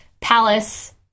palace